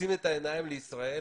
נושאים את העיניים לישראל.